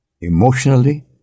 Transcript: emotionally